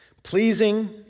Pleasing